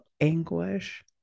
anguish